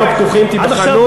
בשמים הפתוחים תיבחנו.